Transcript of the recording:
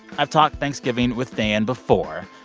i've talked thanksgiving with dan before,